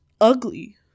ugly